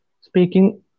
speaking